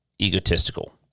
egotistical